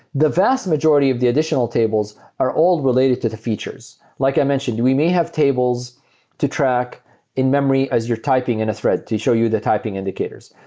the vast majority of the additional tables are all related to the features. like i mentioned, we may have tables to track in-memory as you're typing in a thread to show you the typing indicators.